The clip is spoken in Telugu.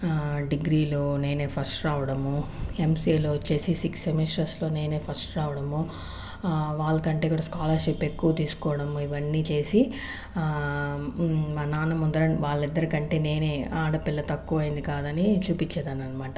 డిగ్రీలో నేనే ఫస్ట్ రావడము ఎంసీఏలో వచ్చేసి సిక్స్ సెమిస్టర్స్లో నేనే ఫస్ట్ రావడము వాళ్ళకంటే కూడా స్కాలర్షిప్ ఎక్కువ తీసుకోవడము ఇవన్నీ చేసి మా నాన్న ముందర వాళ్లిద్దరి కంటే నేనే ఆడపిల్ల తక్కువైంది కాదని చూపించే దాన్ని అనమాట